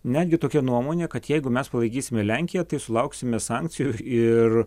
netgi tokia nuomonė kad jeigu mes palaikysime lenkiją tai sulauksime sankcijų ir